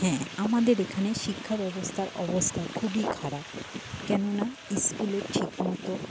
হ্যাঁ আমাদের এখানে শিক্ষা ব্যবস্থার অবস্থা খুবই খারাপ কেনো না স্কুলে ঠিক মতো